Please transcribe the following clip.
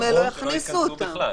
או שלא ייכנסו לארץ.